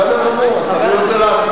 בסדר גמור, אז תביאו את זה להצבעה.